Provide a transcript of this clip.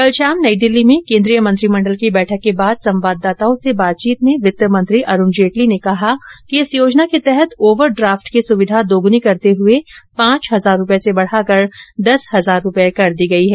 कल शाम नई दिल्ली में केंद्रीय मंत्रिमंडल की बैठक के बाद संवाददाताओं से बातचीत में वित्त मंत्री अरुण जेटली ने कहा कि इस योजना के अंतर्गत ओवरड्राफ्ट की सुविधा दोग्नी करते हुए पांच हजार रुपये से बढ़ाकर दस हजार रुपये कर दी गई है